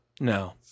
no